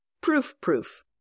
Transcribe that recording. proof-proof